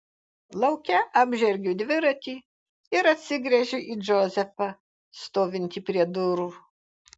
lauke apžergiu dviratį ir atsigręžiu į džozefą stovintį prie durų